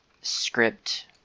script